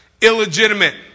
Illegitimate